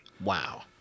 wow